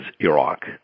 Iraq